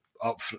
Up